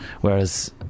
Whereas